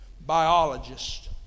biologist